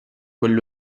quella